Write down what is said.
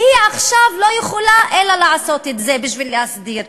והיא עכשיו לא יכולה אלא לעשות את זה בשביל להסדיר.